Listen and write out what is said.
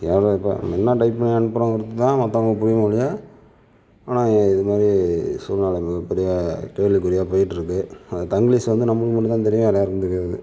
நானும் இப்போ என்ன டைப் பண்ணி அனுப்புறாங்கன்ட்டு தான் மத்தவங்களுக்கு புரியுமே ஒழிய ஆனால் இது இது மாதிரி சூழ்நிலைகள் இப்படி கேள்விக்குறியாக போய்ட்டு இருக்குது அந்த தங்லீஷ் வந்து நம்மளுக்கு மட்டுந்தான் தெரியும் வேற யாருக்கும் தெரியாது